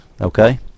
Okay